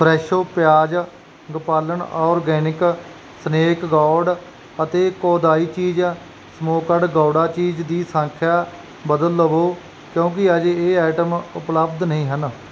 Fresho ਪਿਆਜ Gopalan organic snake gourd ਅਤੇ Kodai cheese smoked Gouda cheese ਦੀ ਸੰਖਿਆ ਬਦਲ ਲਵੋ ਕਿਉਂਕਿ ਅਜੇ ਇਹ ਆਈਟਮ ਉਪਲੱਬਧ ਨਹੀਂ ਹਨ